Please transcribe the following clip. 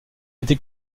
été